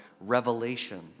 revelation